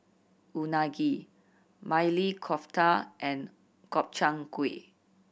Unagi Maili Kofta and Gobchang Gui